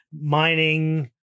mining